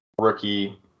Rookie